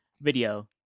video